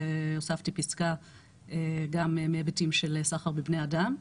הוספתי פיסקה גם מהיבטים של סחר בבני אדם.